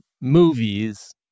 movies